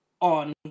on